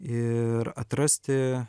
ir atrasti